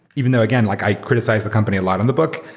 even though again like i criticize the company a lot in the book.